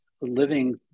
living